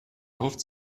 erhofft